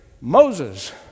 Moses